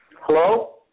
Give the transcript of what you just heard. Hello